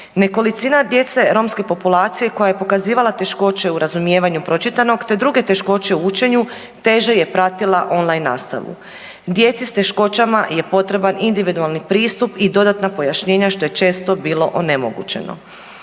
Nekolicina djece romske populacije koja je pokazivala teškoće u razumijevanju pročitanog, te druge teškoće u učenju teže je pratila on-line nastavu. Djeci sa teškoćama je potreban individualni pristup i dodatna pojašnjenja što je često bilo onemogućeno.